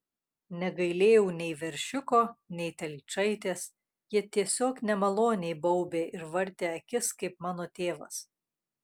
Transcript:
negailėjau nei veršiuko nei telyčaitės jie tiesiog nemaloniai baubė ir vartė akis kaip mano tėvas